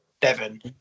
devon